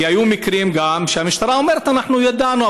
כי היו גם מקרים גם שהמשטרה אמרה: אנחנו ידענו,